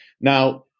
Now